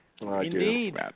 Indeed